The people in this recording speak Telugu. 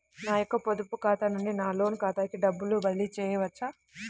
నా యొక్క పొదుపు ఖాతా నుండి నా లోన్ ఖాతాకి డబ్బులు బదిలీ చేయవచ్చా?